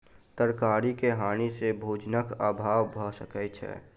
तरकारी के हानि सॅ भोजनक अभाव भअ सकै छै